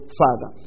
father